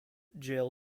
jail